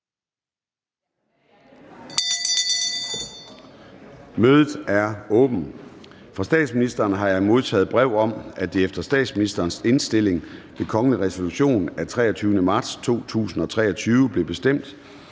Mødet er åbnet. Fra statsministeren har jeg modtaget brev om, at det efter statsministerens indstilling ved kongelig resolution af 23. marts 2023 blev bestemt,